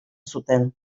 zuten